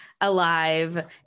alive